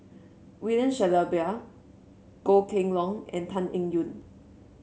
William Shellabear Goh Kheng Long and Tan Eng Yoon